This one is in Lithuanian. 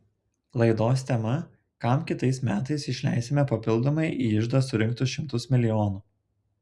laidos tema kam kitais metais išleisime papildomai į iždą surinktus šimtus milijonų